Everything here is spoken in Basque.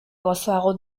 gozoagoa